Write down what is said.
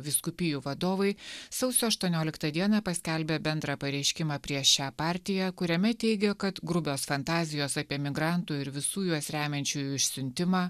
vyskupijų vadovai sausio aštuonioliktą dieną paskelbė bendrą pareiškimą prieš šią partiją kuriame teigė kad grubios fantazijos apie migrantų ir visų juos remiančiųjų išsiuntimą